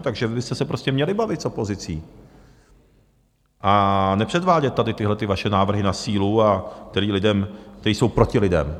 Takže vy byste se prostě měli bavit s opozicí a nepředvádět tady tyhlety vaše návrhy na sílu, které jsou proti lidem.